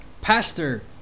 pastor